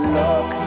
look